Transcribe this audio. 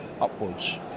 upwards